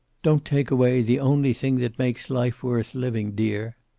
don't take away the only thing that makes life worth living, dear!